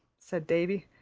said davy,